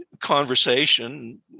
conversation